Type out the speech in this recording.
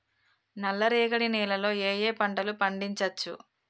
నల్లరేగడి నేల లో ఏ ఏ పంట లు పండించచ్చు?